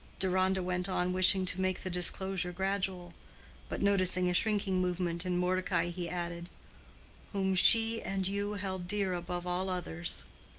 deronda went on wishing to make the disclosure gradual but noticing a shrinking movement in mordecai, he added whom she and you held dear above all others.